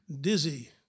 Dizzy